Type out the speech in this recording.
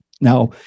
Now